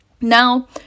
Now